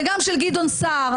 וגם של גדעון סעיר.